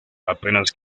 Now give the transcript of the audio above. apenas